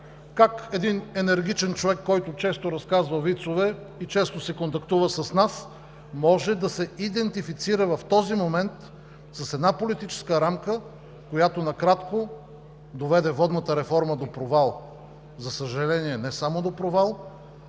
как един енергичен човек, който често разказва вицове и който често си контактува с нас, може да се идентифицира в този момент с една политическа рамка, която, накратко, доведе водната реформа до провал?! За съжаление, не само до провал,